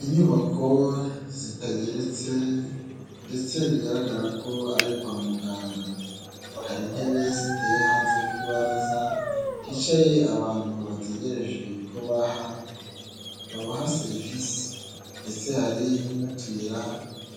Inyubako zitageretse ndetse bigaragara ko ari kwa muganga, hari intebe ziteye hanze ku ibaraza, hicaye abantu bategereje ko babaha serivisi ndetse hari n'utuyira